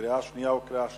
קריאה שנייה וקריאה שלישית.